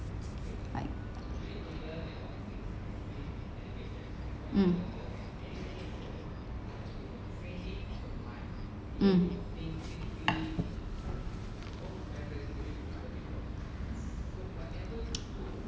mm mm